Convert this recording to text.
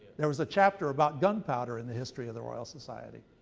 there was a chapter about gun powder in the history of the royal society.